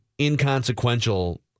inconsequential